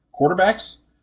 Quarterbacks